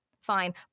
fine